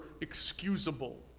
excusable